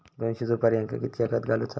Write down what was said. दोनशे सुपार्यांका कितक्या खत घालूचा?